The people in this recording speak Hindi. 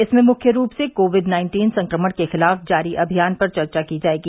इसमें मुख्य रूप से कोविड नाइन्टीन संक्रमण के खिलाफ जारी अभियान पर चर्चा की जाएगी